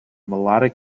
melodic